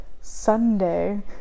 Sunday